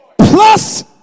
Plus